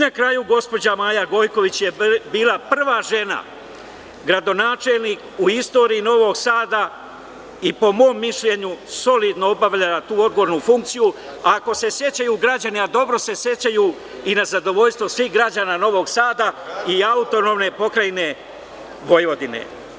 Na kraju, gospođa Maja Gojković je bila prva žena gradonačelnik u istoriji Novog Sada i po mom mišljenju je solidno obavljala tu odgovornu funkciju, ako se sećaju građani, a dobro se sećaju, i na zadovoljstvo svih građana Novog Sada i AP Vojvodine.